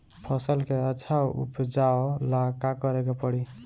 फसल के अच्छा उपजाव ला का करे के परी?